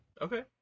Okay